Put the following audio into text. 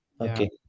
okay